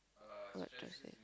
what stress you